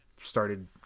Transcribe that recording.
started